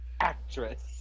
actress